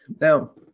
Now